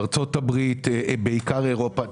ארצות הברית, בעיקר אירופה.